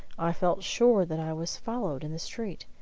i felt sure that i was followed in the street,